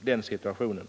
in i hur det är att vara i den situationen.